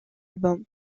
albums